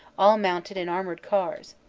all mounted in armored cars,